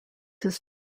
his